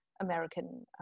American